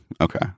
Okay